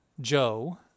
Joe